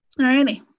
Alrighty